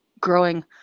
growing